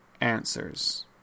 answers